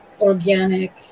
organic